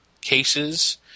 Cases